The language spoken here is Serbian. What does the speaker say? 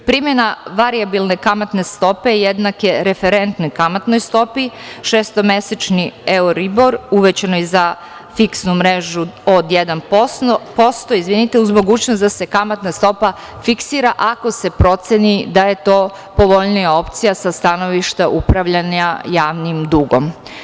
Primena varijabilne kamatne stope jednake referentnoj kamatnoj stopi, šestomesečni euribor uvećanoj za fiksu mrežu od 1% uz mogućnost da se kamatna stopa fiksira ako se proceni da je to povoljnija opcija sa stanovišta upravljanja javnim dugom.